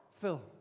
Phil